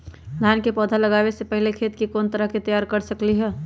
धान के पौधा लगाबे से पहिले खेत के कोन तरह से तैयार कर सकली ह?